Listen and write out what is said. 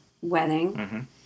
wedding